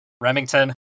Remington